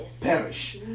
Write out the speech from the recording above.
perish